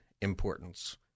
importance